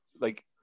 like-